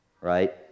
right